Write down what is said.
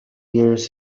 years